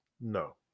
no